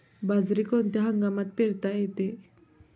बाजरी कोणत्या हंगामात पेरता येते?